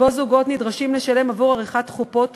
שבו זוגות נדרשים לשלם עבור עריכת חופות,